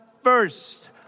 first